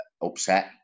upset